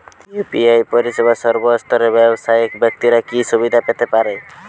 UPI পরিসেবা সর্বস্তরের ব্যাবসায়িক ব্যাক্তিরা কি সুবিধা পেতে পারে?